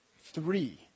Three